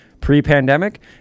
pre-pandemic